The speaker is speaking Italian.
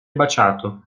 baciato